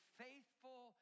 faithful